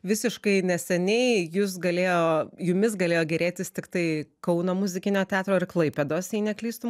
visiškai neseniai jus galėjo jumis galėjo gėrėtis tiktai kauno muzikinio teatro ir klaipėdos jei neklystu